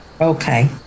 okay